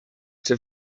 czy